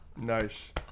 Nice